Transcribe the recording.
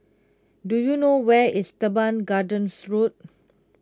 do you know where is Teban Gardens Road